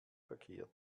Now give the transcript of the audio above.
verkehrt